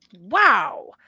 Wow